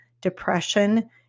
depression